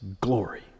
glory